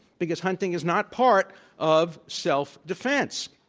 because hunting is not part of self-defense.